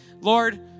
Lord